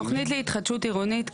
תוכנית להתחדשות עירונית,